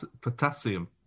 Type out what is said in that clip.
potassium